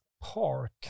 park